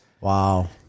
Wow